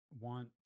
want